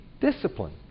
discipline